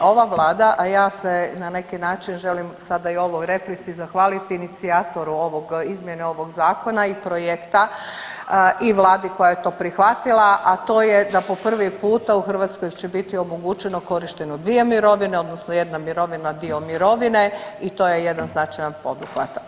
A ova Vlada, a ja se na neki način želim sada i u ovoj replici zahvaliti inicijatoru izmjene ovog zakona i projekta i Vladi koja je to prihvatila, a to je da po prvi puta u Hrvatskoj će biti omogućeno korištenje dvije mirovine odnosno jedna mirovina, dio mirovine i to je jedan značajan poduhvat.